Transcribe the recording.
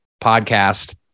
podcast